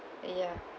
ya